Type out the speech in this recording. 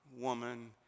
woman